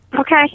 Okay